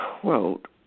quote